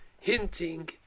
hinting